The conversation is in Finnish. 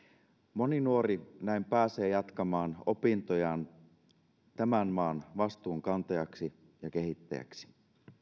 moni nuori pääsee näin jatkamaan opintojaan tämän maan vastuunkantajaksi ja kehittäjäksi